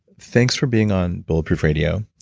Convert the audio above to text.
thanks for being on bulletproof radio.